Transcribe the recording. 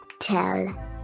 tell